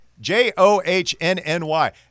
j-o-h-n-n-y